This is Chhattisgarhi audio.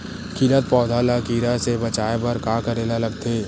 खिलत पौधा ल कीरा से बचाय बर का करेला लगथे?